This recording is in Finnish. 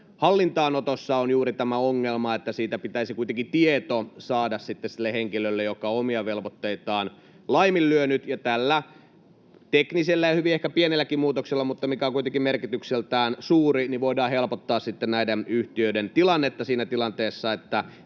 hallintaanotossa on juuri tämä ongelma, että siitä pitäisi kuitenkin tieto saada sille henkilölle, joka on omia velvoitteitaan laiminlyönyt. Tällä teknisellä ja ehkä hyvin pienelläkin muutoksella, mikä on kuitenkin merkitykseltään suuri, voidaan helpottaa näiden yhtiöiden tilannetta siinä tilanteessa, että